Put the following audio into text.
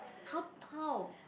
how how